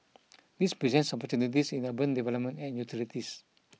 this presents opportunities in urban development and utilities